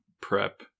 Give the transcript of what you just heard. prep